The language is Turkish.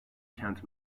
kent